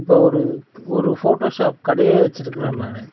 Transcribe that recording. இப்போ ஒரு ஒரு ஃபோட்டோ ஷாப் கடையே வச்சு இருக்கிறேன் நான்